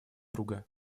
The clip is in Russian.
друга